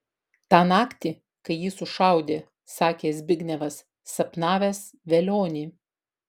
tą naktį kai jį sušaudė sakė zbignevas sapnavęs velionį